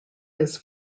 his